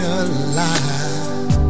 alive